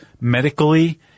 medically